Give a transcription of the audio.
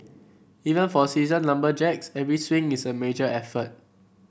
even for seasoned lumberjacks every swing is a major effort